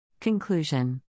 Conclusion